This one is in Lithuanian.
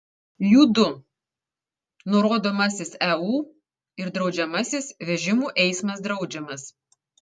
jų du nurodomasis eu ir draudžiamasis vežimų eismas draudžiamas